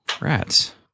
Rats